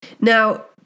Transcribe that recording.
Now